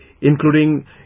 including